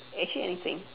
actually anything